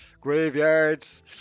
graveyards